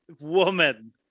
Woman